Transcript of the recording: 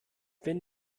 wenn